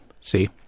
See